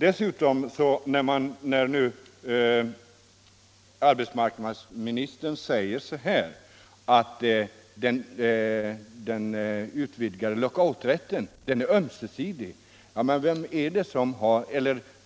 Dessutom säger arbetsmarknadsministern att